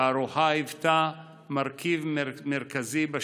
והארוחה היוותה מרכיב מרכזי בשירות.